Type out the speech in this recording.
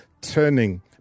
turning